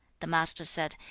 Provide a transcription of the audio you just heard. the master said,